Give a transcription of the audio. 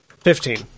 Fifteen